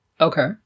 Okay